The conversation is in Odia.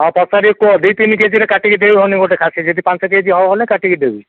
ହଉ ପଚାରିକି କୁହ ଦୁଇ ତିିନି କେଜିରେ କାଟିକି ଦେଇ ହବନି ଗୋଟେ ଖାସି ଯଦି ପାଞ୍ଚ କେଜି ହବ ବୋଲେ କାଟିକି ଦେବି